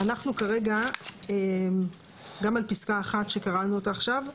אנחנו כרגע, גם על פסקה 1 שקראנו אותה עכשיו.